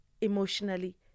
emotionally